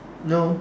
no